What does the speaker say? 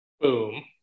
Boom